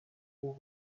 who